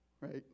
right